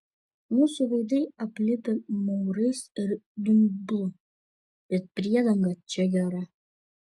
mūsų veidai aplipę maurais ir dumblu bet priedanga čia gera